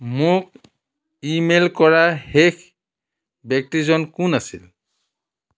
মোক email কৰা শেষ ব্যক্তিজন কোন আছিল